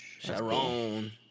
Sharon